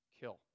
kill